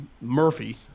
Murphy